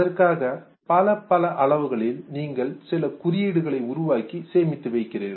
அதற்காக பல பல அளவுகளில் நீங்கள் சில குறியீடுகளை உருவாக்கி சேமித்து வைக்கிறீர்கள்